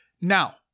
now